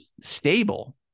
stable